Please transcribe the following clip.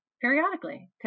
periodically